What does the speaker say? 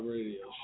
Radio